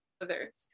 others